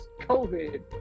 COVID